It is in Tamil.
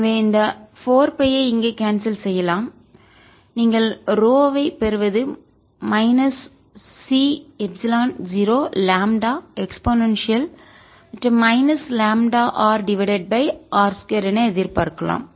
எனவே இந்த 4 பை ஐ இங்கே கான்செல் செய்யலாம் எனவே நீங்கள் ρ ஐப் பெறுவது மைனஸ் C எப்சிலான் 0லாம்ப்டாe λr டிவைடட் பை r2 என எதிர்பார்க்கலாம்